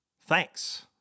Thanks